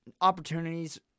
opportunities